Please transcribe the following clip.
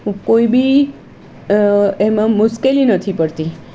કોઈ બી એમાં મુશ્કેલી નથી પડતી